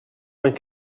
vingt